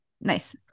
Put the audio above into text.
Nice